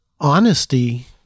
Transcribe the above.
Honesty